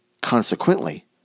Consequently